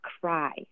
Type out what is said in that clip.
cry